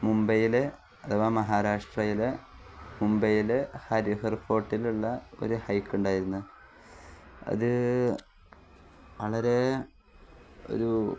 മുംബൈയില്അഥവാ മഹാരാഷ്ട്രയിലെ മുംബൈയില് ഹരിഹർ ഫോർട്ടിലുള്ള ഒരു ഹൈക്കുണ്ടായിരുന്നു അതു വളരെ ഒരു